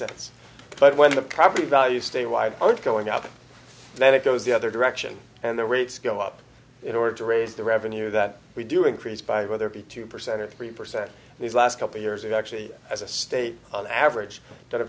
cents but when the property values stay wide and going up then it goes the other direction and the rates go up in order to raise the revenue that we do increase by whether it be two percent or three percent these last couple years and actually as a state on average that a